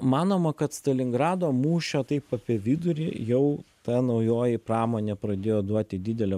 manoma kad stalingrado mūšio taip apie vidurį jau ta naujoji pramonė pradėjo duoti didelę